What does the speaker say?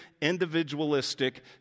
individualistic